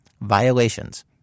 violations